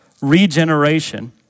regeneration